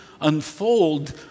unfold